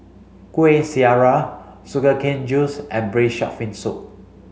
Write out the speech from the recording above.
Kuih Syara sugar cane juice and braised shark fin soup